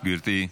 גברתי.